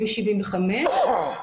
כביש 75,